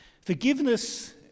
Forgiveness